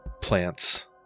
plants